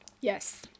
Yes